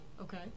Okay